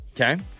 Okay